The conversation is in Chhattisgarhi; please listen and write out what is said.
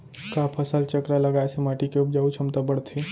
का फसल चक्र लगाय से माटी के उपजाऊ क्षमता बढ़थे?